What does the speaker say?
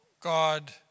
God